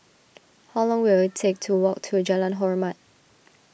how long will it take to walk to Jalan Hormat